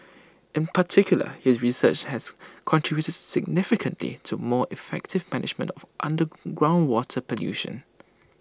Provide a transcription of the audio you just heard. in particular his research has contributed significantly to more effective management of groundwater pollution